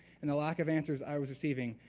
and the lack of answers i was receiving,